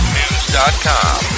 news.com